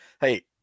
Hey